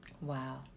Wow